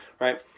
Right